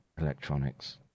electronics